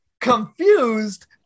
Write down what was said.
confused